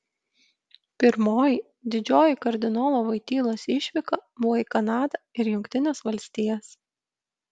pirmoji didžioji kardinolo voitylos išvyka buvo į kanadą ir jungtines valstijas